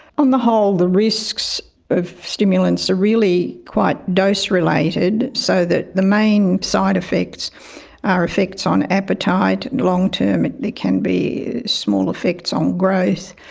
on the whole the risks of stimulants are really quite dose-related, so that the main side effects are effects on appetite long term and there can be small effects on growth.